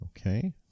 Okay